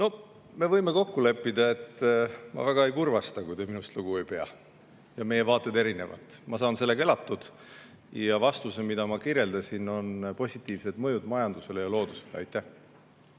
No, me võime kokku leppida, et ma väga ei kurvasta, kui te minust lugu ei pea. Meie vaated erinevad, ma saan sellega elatud. Ja oma vastuses ma kirjeldasin positiivseid mõjusid majandusele ja loodusele. Aitäh!